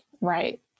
Right